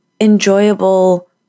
enjoyable